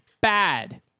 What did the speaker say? bad